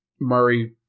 Murray